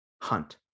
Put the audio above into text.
hunt